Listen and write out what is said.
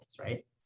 right